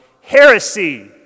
Heresy